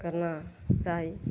करना चाही